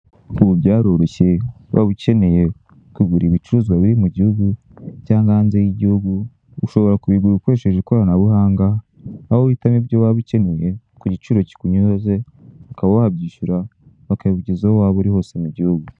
Ubu byaroroshye waba ukeneye kugura ibicuruzwa biri mu gihugu cyangwa hanze y'igihugu ushobora kubyishyura ukoresheje ikoranabuhanga aho uhitamo ibya waba ukeneye ku giciro kikunyuze ukaba wabyishyura bakabigeza aho waba uri hose mu gihugu.